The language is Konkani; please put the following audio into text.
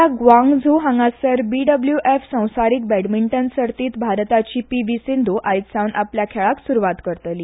चीनांतल्या स्वांग झू हांगासर बी डब्ल्यू एफ संवसारीक बॅडमिंटन सर्तींत भारताची पी व्ही सिंधू आयज सावन आपल्या खेळाक सुरवात करतली